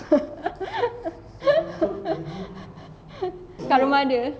kat rumah dia